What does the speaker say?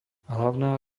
hlavná